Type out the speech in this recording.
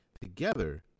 together